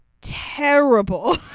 terrible